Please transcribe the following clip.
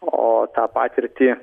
o tą patirtį